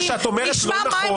מה שאת אומרת לא נכון.